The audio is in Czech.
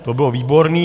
To bylo výborný.